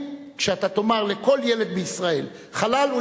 כשאתה תאמר לכל ילד בישראל: חלל,